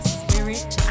spirit